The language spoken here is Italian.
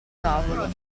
tavolo